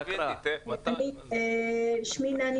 שמי נני